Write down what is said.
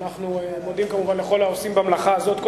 אנחנו מודים כמובן לכל העושים במלאכה הזאת.